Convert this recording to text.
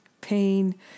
pain